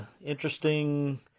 Interesting